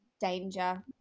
danger